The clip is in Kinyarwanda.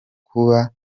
kuba